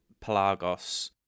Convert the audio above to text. Pelagos